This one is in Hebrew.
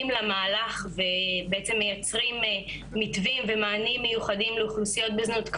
למהלך ובעצם מייצרים מתווים ומענים מיוחדים לאוכלוסיות בזנות,